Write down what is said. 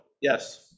yes